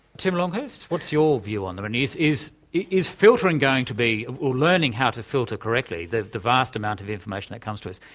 tim longhurst, what's your view on them? is is filtering going to be, or learning how to filter correctly, the the vast amount of information that comes to us,